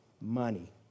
Money